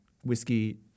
whiskey